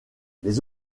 les